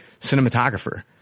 cinematographer